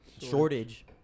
shortage